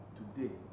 today